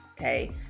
okay